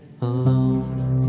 alone